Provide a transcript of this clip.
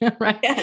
right